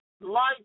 light